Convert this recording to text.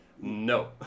No